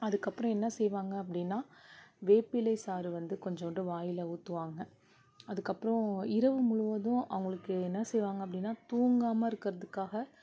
அதுக்கப்புறம் என்ன செய்வாங்க அப்படின்னா வேப்பிலை சாறு வந்து கொஞ்சண்டு வாயில் ஊற்றுவாங்க அதுக்கப்றம் இரவு முழுவதும் அவங்களுக்கு என்ன செய்வாங்க அப்படின்னா தூங்காமல் இருக்கிறதுக்காக